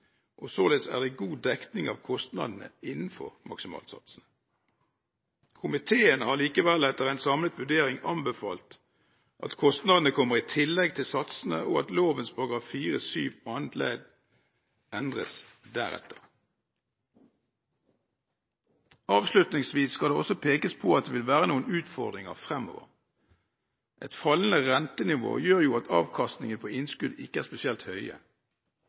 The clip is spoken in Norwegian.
og således er det god dekning av kostnadene innenfor maksimalsatsene. Komiteen har likevel etter en samlet vurdering anbefalt at kostnadene kommer i tillegg til satsene, og at loven § 4-7 annet ledd endres deretter. Avslutningsvis skal det også pekes på at det vil være noen utfordringer fremover. Et fallende rentenivå gjør jo at avkastningen på innskudd ikke er spesielt